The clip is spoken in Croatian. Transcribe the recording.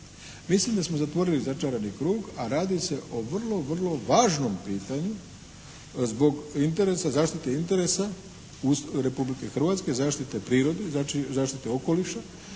Mislim da smo zatvorili začarani krug a radi se o vrlo, vrlo važnom pitanju zbog interesa, zaštite interesa Republike Hrvatske, zaštite prirode, zaštite okoliša